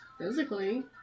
physically